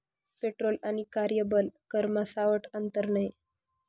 petrol आणि कार्यबल करमा सावठं आंतर नै